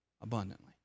abundantly